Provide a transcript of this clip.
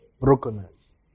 Brokenness